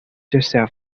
yourself